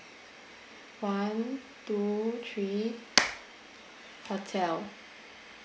one two three hotel